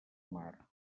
mar